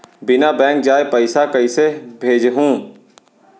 बिना बैंक जाये पइसा कइसे भेजहूँ?